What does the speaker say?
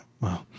wow